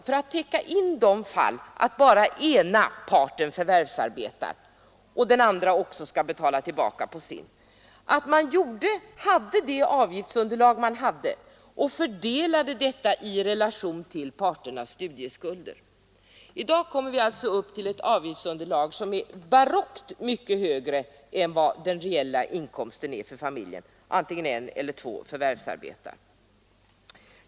För att täcka in de fall där bara den ena maken förvärvsarbetar men båda skall göra återbetalningar på sina studieskulder borde man vid beräknandet av avgiftsunderlaget ha utgått ifrån den inkomst familjen har och fördelat avgiftsunderlaget på makarna i relation till deras studieskulder. Nu kommer man alltså upp till ett avgiftsunderlag som är barockt mycket högre än familjens reella inkomst, vare sig bara den ena eller båda makarna förvärvsarbetar.